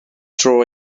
dro